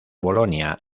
bolonia